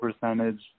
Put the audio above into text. percentage